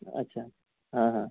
अच्छा हां हां